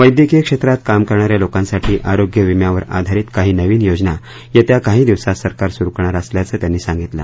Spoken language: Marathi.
वैद्यकिय क्षेत्रात काम करणा या लोकांसाठी आरोग्य विम्यावर आधारित काही नविन योजना येत्या काही दिवसांत सरकार सुरु करणार असल्याचं त्यांनी सांगितलं